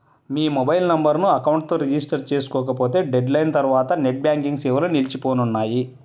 మీ mobile నెంబర్ను account తో register చేసుకోకపోతే డెడ్ లైన్ తర్వాత నెట్ బ్యాంకింగ్ సేవలు నిలిచిపోనున్నాయి